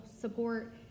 support